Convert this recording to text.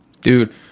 Dude